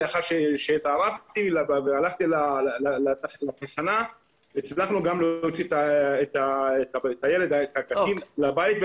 לאחר שטרחתי והלכתי לתחנה הצלחנו לקבל את הילד לבית.